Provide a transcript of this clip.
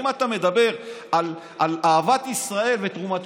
אם אתה מדבר על אהבת ישראל והתרומה